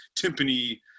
timpani